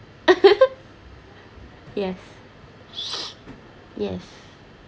yes yes